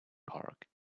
park